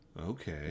Okay